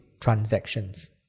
transactions